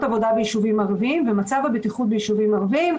עבודה ביישובים ערביים ומצב הבטיחות ביישובים ערביים.